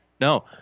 No